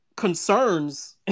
concerns